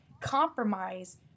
compromise